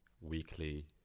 weekly